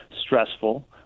stressful